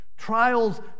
Trials